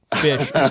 fish